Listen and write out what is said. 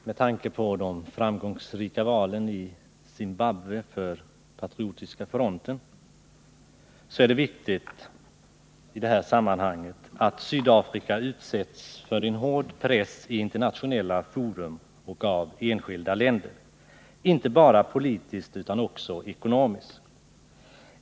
Fru talman! Med tanke på de för Patriotiska fronten framgångsrika valen i Zimbabwe är det viktigt att Sydafrika utsätts för en hård press i internationella fora och genom enskilda länder, inte bara politiskt utan också ekonomiskt.